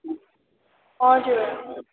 हजुर